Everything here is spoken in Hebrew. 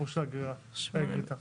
בעניין הגריטה.